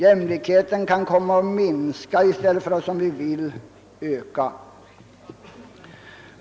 Jämlikheten kan härigenom komma att minska i stället för att — som vi vill — öka.